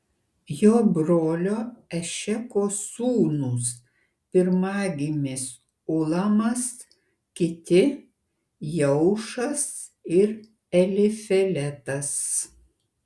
jo brolio ešeko sūnūs pirmagimis ulamas kiti jeušas ir elifeletas